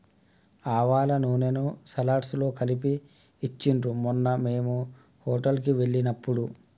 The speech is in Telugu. ఆవాల నూనెను సలాడ్స్ లో కలిపి ఇచ్చిండ్రు మొన్న మేము హోటల్ కి వెళ్ళినప్పుడు